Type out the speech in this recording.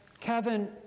Kevin